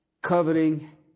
Coveting